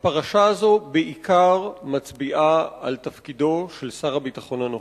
הפרשה הזאת מצביעה בעיקר על תפקידו של שר הביטחון הנוכחי.